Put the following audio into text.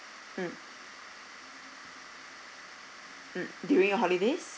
mm during your holidays